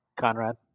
Conrad